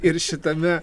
ir šitame